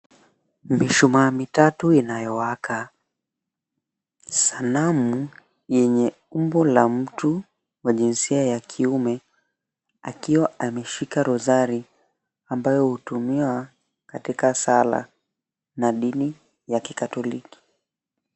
Mishumaa mitatu inayowaka, sanamu yenye umbo la mtu wa jinsia ya kiume akiwa ameshika rozari ambayo hutumiwa katika sala la dini la kikatholiki.